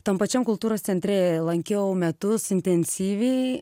tam pačiam kultūros centre lankiau metus intensyviai